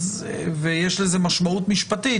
ויש לזה משמעות משפטית,